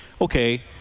okay